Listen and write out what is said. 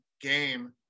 game